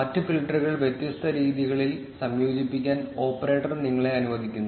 മറ്റ് ഫിൽട്ടറുകൾ വ്യത്യസ്ത രീതികളിൽ സംയോജിപ്പിക്കാൻ ഓപ്പറേറ്റർ നിങ്ങളെ അനുവദിക്കുന്നു